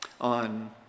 on